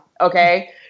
Okay